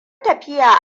tafiya